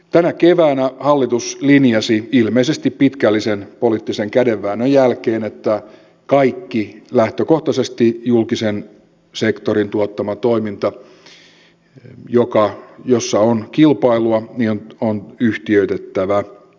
tänä keväänä hallitus linjasi ilmeisesti pitkällisen poliittisen kädenväännön jälkeen että lähtökohtaisesti kaikki julkisen sektorin tuottama toiminta jossa on kilpailua on yhtiöitettävä